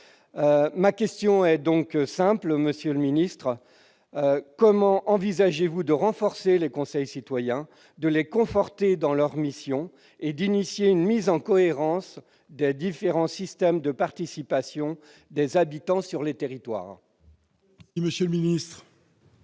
ma question est simple : comment envisagez-vous de renforcer les conseils citoyens, de les conforter dans leur mission et d'engager une mise en cohérence des différents systèmes de participation des habitants sur les territoires ? La parole est à M. le ministre.